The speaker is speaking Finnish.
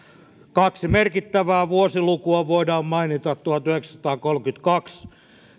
kaksi merkittävää vuosilukua voidaan mainita tuhatyhdeksänsataakolmekymmentäkaksi